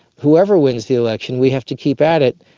whoever wins the election, we have to keep at it.